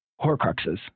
Horcruxes